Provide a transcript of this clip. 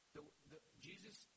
Jesus